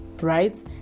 right